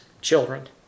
children